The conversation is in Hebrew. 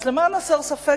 אז למען הסר ספק,